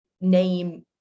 name